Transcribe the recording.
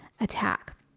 attack